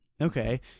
Okay